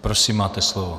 Prosím, máte slovo.